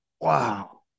Wow